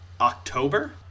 October